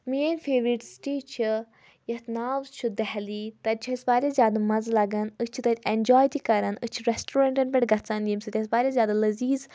میٲنۍ favourite city چھِ یَتھ ناو چھُ دہلی تَتہِ چھِ اَسہِ واریاہ زیادٕ مَزٕ لَگان أسۍ چھِ تَتہِ اؠنجاے تہِ کَران أسۍ چھِ ریسٹورَنٛٹَن پؠٹھ گژھان ییٚمہِ سۭتۍ اَسہِ واریاہ زیادٕ لزیٖز